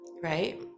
right